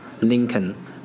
Lincoln